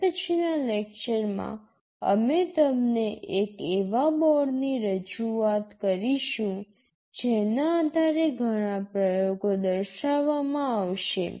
હવે પછીનાં લેક્ચરમાં અમે તમને એક એવા બોર્ડની રજૂઆત કરીશું જેના આધારે ઘણા પ્રયોગો દર્શાવવામાં આવશે